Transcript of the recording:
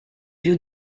più